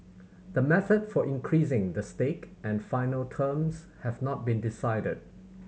the method for increasing the stake and final terms have not been decided